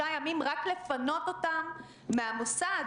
תודה רבה, חברת הכנסת.